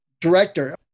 director